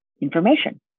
information